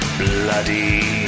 bloody